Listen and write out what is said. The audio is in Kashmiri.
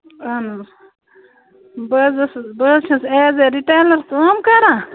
اہن حظ بہٕ حظ ٲسٕس بہٕ حظ چھَس ایز اے رِٹیلر کٲم کران